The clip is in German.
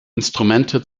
instrumente